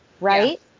Right